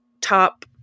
top